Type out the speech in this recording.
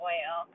Oil